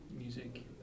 music